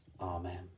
Amen